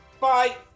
bye